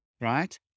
right